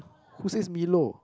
who says milo